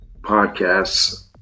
podcasts